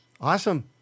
Awesome